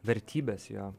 vertybes jo